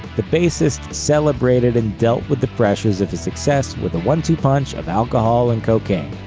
the bassist celebrated and dealt with the pressures of his success with a one-two punch of alcohol and cocaine.